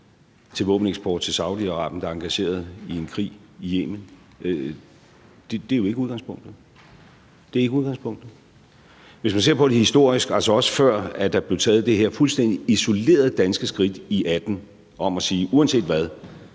til våbeneksport til Saudi-Arabien, der er engageret i en krig i Yemen. Det er jo ikke udgangspunktet – det er ikke udgangspunktet. Hvis man ser på det historisk, altså også før der blev taget det her fuldstændig isolerede danske skridt i 2018 ved at sige, at uanset hvad